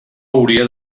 hauria